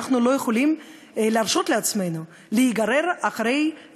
אנחנו לא יכולים להרשות לעצמנו להיגרר אחרי,